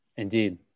Indeed